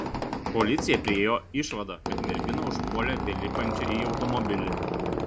policija priėjo išvadą kad merginą užpuolė belipančią į automobilį